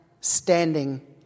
standing